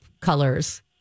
colors